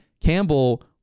Campbell